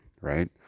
right